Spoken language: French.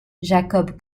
jacob